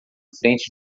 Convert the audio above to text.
frente